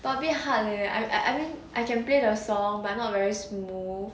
probably hard leh I I mean I can play the song but not very smooth